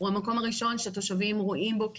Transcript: הוא המקום הראשון שהתושבים רואים בו ככתובת,